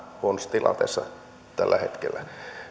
huonossa tilanteessa tällä hetkellä